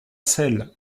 selle